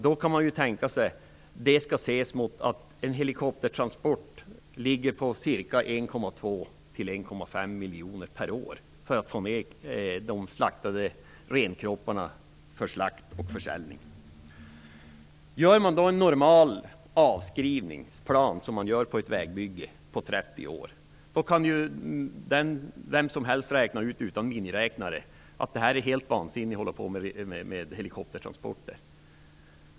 Det skall ses mot bakgrund av att kostnaden för helikoptertransport för att få ned de slaktade renkropparna för försäljning ligger på 1,2 1,5 miljoner per år. Normalt gör man en avskrivning på 30 år för vägbyggen. Vem som helst kan utan miniräknare räkna ut att det då är helt vansinnigt att hålla på med helikoptertransporter.